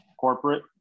corporate